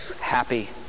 happy